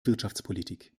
wirtschaftspolitik